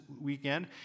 weekend